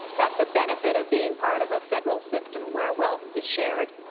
that's a benefit of being part of a federal system where wealth is shared.